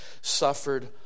suffered